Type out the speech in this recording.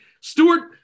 Stewart